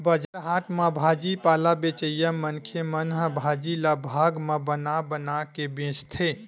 बजार हाट म भाजी पाला बेचइया मनखे मन ह भाजी ल भाग म बना बना के बेचथे